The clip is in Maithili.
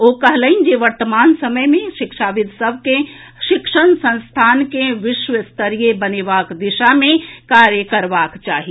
ओ कहलनि जे वर्तमान समय मे शिक्षाविद सभ के शिक्षण संस्थान के विश्व स्तरीय बनेबाक दिशा मे कार्य करबाक चाही